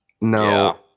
No